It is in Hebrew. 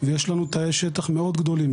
ויש לנו תאי שטח מאוד גדולים,